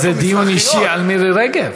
מה זה, דיון אישי על מירי רגב?